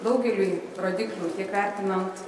daugelį rodiklių tiek vertinant